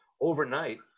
overnight